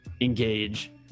engage